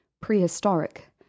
prehistoric